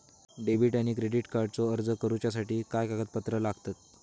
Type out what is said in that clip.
Debit आणि credit कार्डचो अर्ज करुच्यासाठी काय कागदपत्र लागतत?